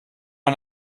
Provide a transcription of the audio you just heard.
man